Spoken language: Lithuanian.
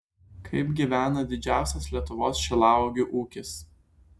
kaip gyvena didžiausias lietuvos šilauogių ūkis